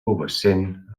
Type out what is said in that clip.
pubescent